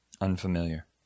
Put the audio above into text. Unfamiliar